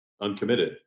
uncommitted